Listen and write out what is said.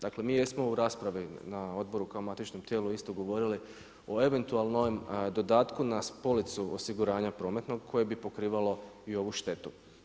Dakle mi jesmo u raspravi na odboru kao matičnom tijelu isto govorili o eventualnom dodatku na policu osiguranja prometnog koji bi pokrivalo i ovu štetu.